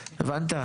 הבנת?